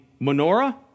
menorah